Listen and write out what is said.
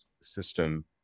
system